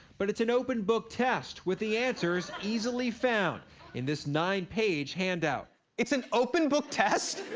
but it's an open book test with the answers easily found in this nine-page handout. it's an open book test?